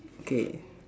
okay